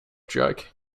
joke